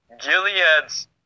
Gilead's